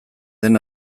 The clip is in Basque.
den